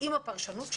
עם הפרשנות שלה,